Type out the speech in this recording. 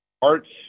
parts